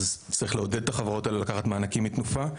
אז צריך לעודד את החברות האלה לקחת מענקים מתנופה,